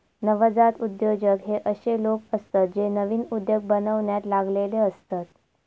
नवजात उद्योजक हे अशे लोक असतत जे नवीन उद्योग बनवण्यात लागलेले असतत